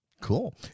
cool